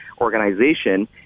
organization